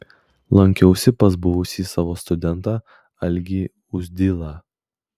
lankiausi pas buvusį savo studentą algį uzdilą